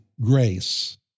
grace